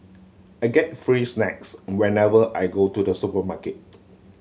I get free snacks whenever I go to the supermarket